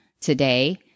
today